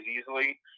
easily